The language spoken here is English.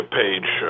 page